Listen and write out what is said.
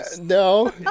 No